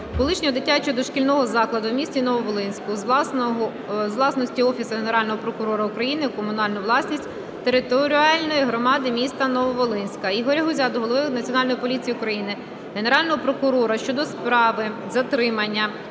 колишнього дитячого дошкільного закладу у місті Нововолинську з власності Офісу Генерального прокурора України у комунальну власність територіальної громади міста Нововолинська. Ігоря Гузя до голови Національної поліції України, Генерального прокурора щодо справи затримання,